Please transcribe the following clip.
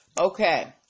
Okay